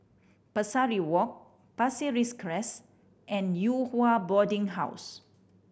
Pesari Walk Pasir Ris Crest and Yew Hua Boarding House